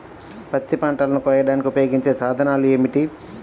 పత్తి పంటలను కోయడానికి ఉపయోగించే సాధనాలు ఏమిటీ?